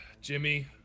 Jimmy